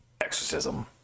exorcism